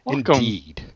Indeed